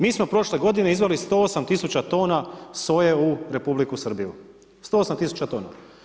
Mi smo prošle godine izvezli 108 000 tona soje u Republiku Srbiju, 108 000 tona.